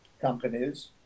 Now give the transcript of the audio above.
companies